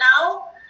now